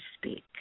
speak